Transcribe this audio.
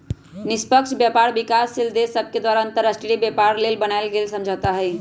निष्पक्ष व्यापार विकासशील देश सभके द्वारा अंतर्राष्ट्रीय व्यापार लेल बनायल गेल समझौता हइ